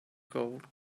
gold